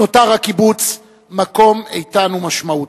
נותר הקיבוץ מקום איתן ומשמעותי.